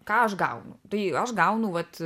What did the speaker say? ką aš gaunu tai aš gaunu vat